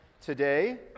today